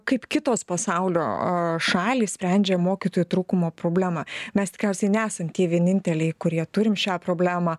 kaip kitos pasaulio šalys sprendžia mokytojų trūkumo problemą mes tikriausiai nesam tie vieninteliai kurie turim šią problemą